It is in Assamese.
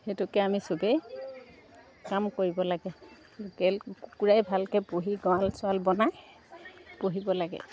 সেইটোকে আমি চবেই কাম কৰিব লাগে গেল কুকুৰাই ভালকৈ পুহি গঁৰাল চৰাল বনাই পুহিব লাগে